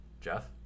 jeff